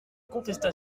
contesta